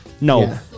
No